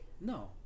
No